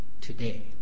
today